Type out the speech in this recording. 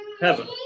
heaven